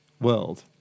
world